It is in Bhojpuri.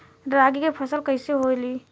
रागी के फसल कईसे होई?